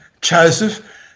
Joseph